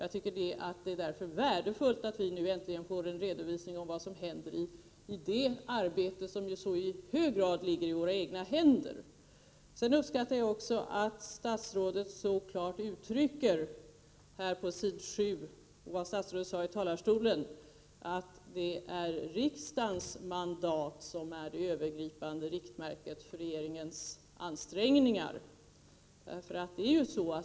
Det är därför värdefullt att vi nu äntligen får en redovisning om vad som sker i fråga om det arbete som ju i så hög grad ligger i våra egna händer. Vidare uppskattar jag vad statsrådet sade i talarstolen och vad som står skrivet på s. 7 i hennes manus, nämligen att det är riksdagens mandat som är det övergripande riktmärket för regeringens ansträngningar.